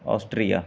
Austria